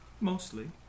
Mostly